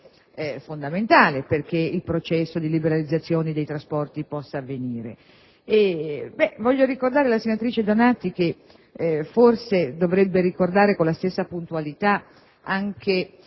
fondamentale perché il processo di liberalizzazione dei trasporti possa avvenire. La senatrice Donati dovrebbe forse ricordare con la stessa puntualità anche